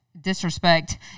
Disrespect